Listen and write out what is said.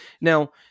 Now